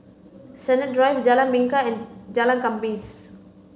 Sennett Drive Jalan Bingka and Jalan Khamis